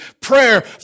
prayer